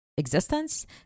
Existence